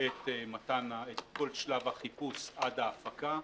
את כל שלב החיפוש עד ההפקה: